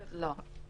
לא.